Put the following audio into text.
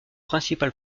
principal